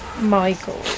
Michael